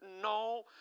no